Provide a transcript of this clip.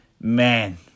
man